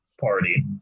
party